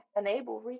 enable